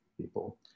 people